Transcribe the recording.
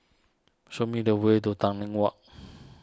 show me the way to Tanglin Walk